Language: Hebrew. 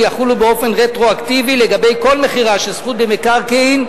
יחולו באופן רטרואקטיבי לגבי כל מכירה של זכות במקרקעין,